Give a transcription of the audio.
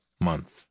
month